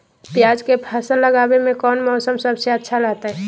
प्याज के फसल लगावे में कौन मौसम सबसे अच्छा रहतय?